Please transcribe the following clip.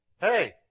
Hey